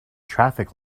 traffic